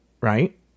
Right